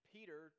Peter